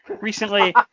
recently